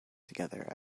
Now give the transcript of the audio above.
together